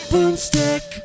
Boomstick